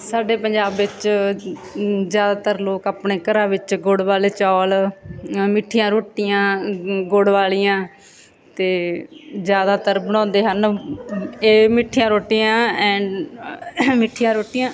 ਸਾਡੇ ਪੰਜਾਬ ਵਿੱਚ ਜ਼ਿਆਦਾਤਰ ਲੋਕ ਆਪਣੇ ਘਰਾਂ ਵਿੱਚ ਗੁੜ ਵਾਲੇ ਚੌਲ ਮਿੱਠੀਆਂ ਰੋਟੀਆਂ ਗੁੜ ਵਾਲੀਆਂ ਅਤੇ ਜ਼ਿਆਦਾਤਰ ਬਣਾਉਂਦੇ ਹਨ ਇਹ ਮਿੱਠੀਆਂ ਰੋਟੀਆਂ ਐਂ ਮਿੱਠੀਆਂ ਰੋਟੀਆਂ